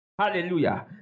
Hallelujah